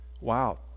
wow